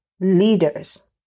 Leaders